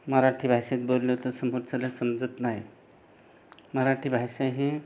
मराठी भाषेत बोललं तर समोरच्याला समजत नाही मराठी भाषा ही